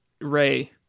ray